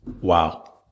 wow